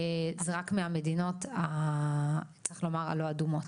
זה רק מהמדינות הלא אדומות.